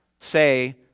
say